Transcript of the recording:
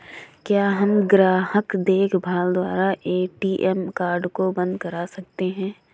क्या हम ग्राहक देखभाल द्वारा ए.टी.एम कार्ड को बंद करा सकते हैं?